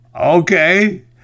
Okay